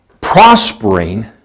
prospering